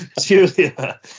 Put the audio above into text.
Julia